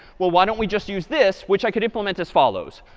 well, why don't we just use this, which i can implement as follows.